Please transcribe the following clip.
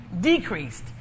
decreased